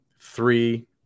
three